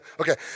Okay